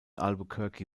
albuquerque